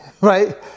right